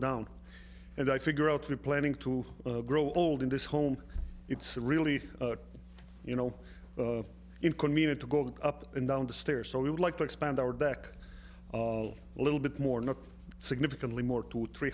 down and i figure out we planning to grow old in this home it's really you know it could mean a to go up and down the stairs so we would like to expand our deck a little bit more not significantly more to three